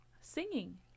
singing